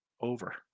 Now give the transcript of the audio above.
over